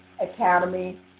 academy